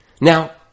Now